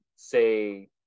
Say